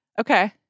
Okay